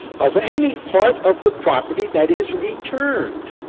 of any part of the property that is returned.